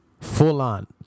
Full-on